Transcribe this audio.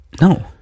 No